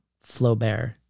Flaubert